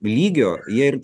lygio jie ir